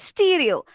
Stereo